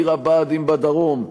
עיר הבה"דים בדרום,